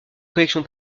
collections